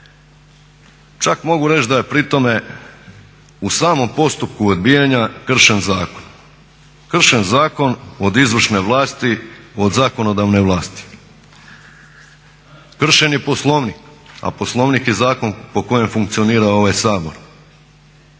čak mogu reći da je pri tome u samom postupku odbijanja kršen zakon, kršen zakon od izvršne vlasti od zakonodavne vlasti. Kršen je i Poslovnik, a Poslovnik je zakon po kojem funkcionira ovaj Sabor.